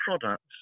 products